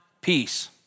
peace